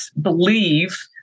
believe